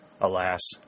Alas